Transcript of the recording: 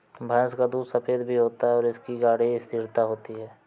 भैंस का दूध सफेद भी होता है और इसकी गाढ़ी स्थिरता होती है